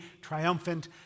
triumphant